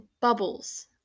bubbles